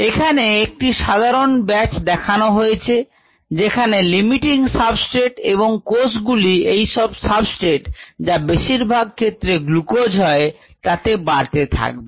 এখানে একটি সাধারন ব্যাচ দেখানো হচ্ছে যেখানে লিমিটিং সাবস্ট্রেট এবং কোষগুলি এইসব সাবস্ট্রেট যা বেশিরভাগ ক্ষেত্রে গ্লুকোজ হয় তাতে বাড়তে থাকবে